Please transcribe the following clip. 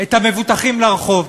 את המבוטחים לרחוב.